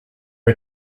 are